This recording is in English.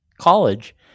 college